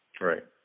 Right